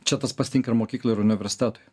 čia tas pats tinka ir mokyklai ir universitetui